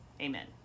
Amen